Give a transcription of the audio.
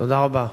תודה רבה.